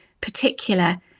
particular